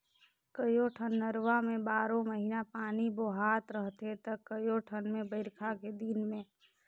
कयोठन नरूवा में बारो महिना पानी बोहात रहथे त कयोठन मे बइरखा के दिन में